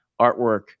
artwork